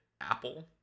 Apple